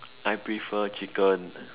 I prefer chicken